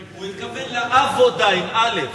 הוא התכוון לאבודה, עם אל"ף.